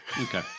Okay